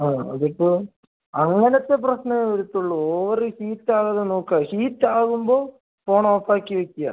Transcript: ആ അതിപ്പോൾ അങ്ങനത്തെ പ്രശ്നമേ വരത്തുള്ളൂ ഓവറ് ഹീറ്റാകാതെ നോക്കുക ഹീറ്റാവുമ്പോൾ ഫോണോഫാക്കി വെക്കുക